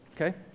Okay